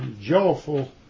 joyful